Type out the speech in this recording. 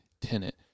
tenant